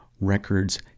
records